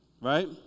right